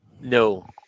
no